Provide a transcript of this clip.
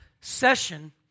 session